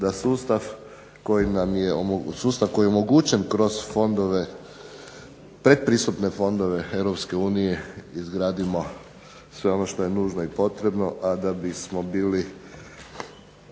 da sustav koji je omogućen kroz fondove, pretpristupne fondove Europske unije izgradimo sve ono što je nužno i potrebno, a da bismo bili